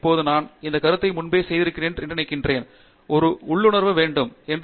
இப்போது நான் இந்த கருத்தை முன்பே செய்திருக்கிறேன் என்று நினைக்கிறேன் ஒரு உள்ளுணர்வு வேண்டும் என்று